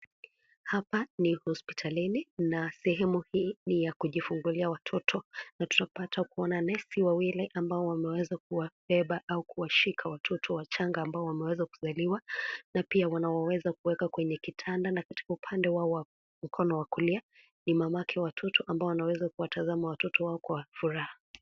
Hapa ni hospitalini na sehemu hii ni ya kujifungulia watoto na tunapata kuona nesi wawili ambao wameweza kuwabeba au kuwashika watoto wachanga ambao wameweza kuzaliwa na pia wanaweza kuwaweka kwenye kitanda na katika upande wao wa mkono wa kulia ni mamake watoto ambaye anaweza kuwatazama watoto wake kwa furaha.